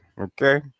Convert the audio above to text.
okay